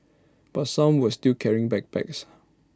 but some were still carrying backpacks